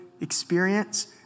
experience